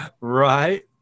Right